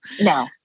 No